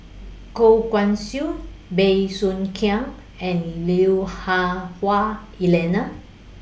Goh Guan Siew Bey Soo Khiang and Lui Hah Wah Elena